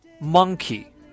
monkey